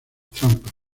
trampas